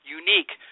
unique